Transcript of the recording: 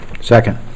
Second